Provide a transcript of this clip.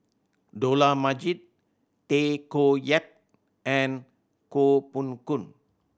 Dollah Majid Tay Koh Yat and Koh Poh Koon